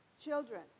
children